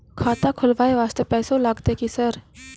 खाता खोलबाय वास्ते पैसो लगते की सर?